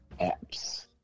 Apps